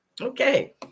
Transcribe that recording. Okay